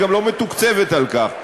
היא גם לא מתוקצבת על כך.